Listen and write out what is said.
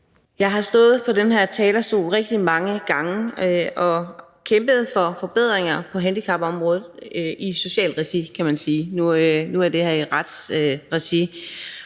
Jeg har stået på den her talerstol rigtig mange gange og kæmpet for forbedringer på handicapområdet i socialt regi, kan man sige – nu er det her i retsregi.